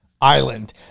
island